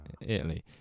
Italy